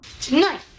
Tonight